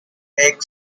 lake